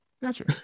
Gotcha